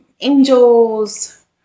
angels